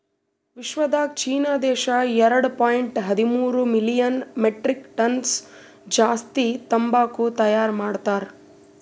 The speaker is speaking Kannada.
ವಿಶ್ವದಾಗ್ ಚೀನಾ ದೇಶ ಎರಡು ಪಾಯಿಂಟ್ ಹದಿಮೂರು ಮಿಲಿಯನ್ ಮೆಟ್ರಿಕ್ ಟನ್ಸ್ ಜಾಸ್ತಿ ತಂಬಾಕು ತೈಯಾರ್ ಮಾಡ್ತಾರ್